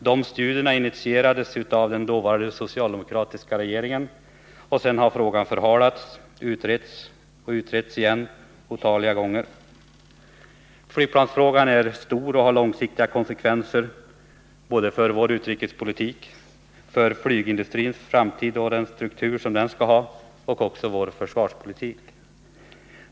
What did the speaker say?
Dessa studier initierades av den dåvarande socialdemokratiska regeringen. Sedan har frågan förhalats och utretts otaliga gånger. Flygplansfrågan är omfattande och får långsiktiga konsekvenser för vår utrikespolitik, för flygindustrins framtid och struktur samt för vår försvarspolitik.